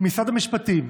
שמשרד המשפטים,